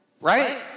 right